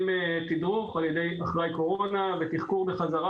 תדרוך על-ידי אחראי קורונה ותחקור בחזרה,